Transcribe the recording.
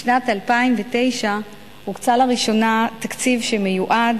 בשנת 2009 הוקצה לראשונה תקציב שמיועד